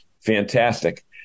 fantastic